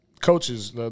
Coaches